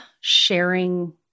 sharing